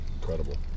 incredible